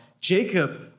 Jacob